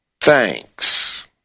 thanks